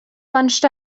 bunched